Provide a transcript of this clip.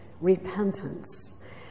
repentance